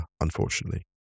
unfortunately